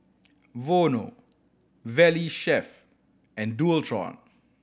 Vono Valley Chef and Dualtron